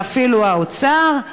ואפילו האוצר,